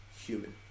human